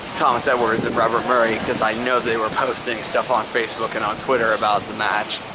thomas edwards and robert murray cause i know they were posting stuff on facebook and on twitter about the match.